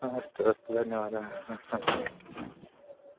हा अस्तु अस्तु धन्यवादः हा हा